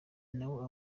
nawe